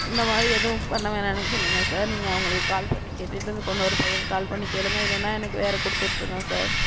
இந்த மாதிரி எதுவும் பண்ண வேணாம்னு சொல்லுங்கள் சார் நீங்கள் அவங்களுக்கு கால் பண்ணி கேட்டுகிட்டு இது கொண்டு வர்ற பையனுக்கு கால் பண்ணி கேளுங்க இல்லைன்னா எனக்கு வேற கொடுத்து விட்ருங்க சார்